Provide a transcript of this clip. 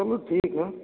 अब ठीक है